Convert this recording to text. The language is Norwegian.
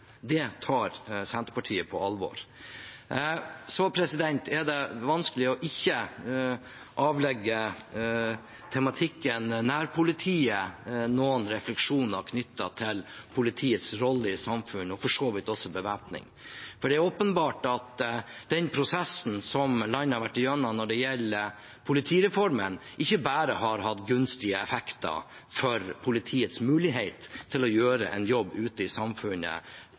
Det tar Senterpartiet på alvor. Det er vanskelig ikke å avlegge tematikken «nærpolitiet» noen refleksjoner knyttet til politiets rolle i samfunnet, og for så vidt også bevæpning. For det er åpenbart at den prosessen som landet har vært igjennom når det gjelder politireformen, ikke bare har hatt gunstige effekter for politiets mulighet til å gjøre en jobb ute i samfunnet,